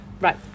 right